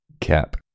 Cap